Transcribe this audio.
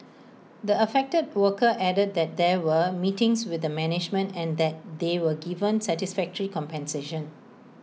the affected worker added that there were meetings with the management and that they were given satisfactory compensation